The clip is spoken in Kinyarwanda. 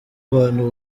abantu